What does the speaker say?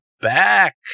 back